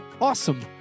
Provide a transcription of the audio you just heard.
awesome